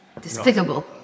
Despicable